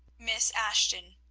miss ashton,